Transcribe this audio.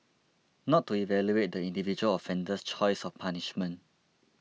not to evaluate the individual offender's choice of punishment